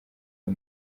uyu